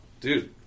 Dude